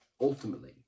ultimately